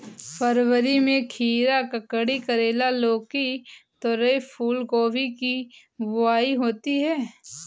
फरवरी में खीरा, ककड़ी, करेला, लौकी, तोरई, फूलगोभी की बुआई होती है